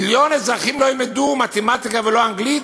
מיליון אזרחים לא ילמדו מתמטיקה ולא אנגלית.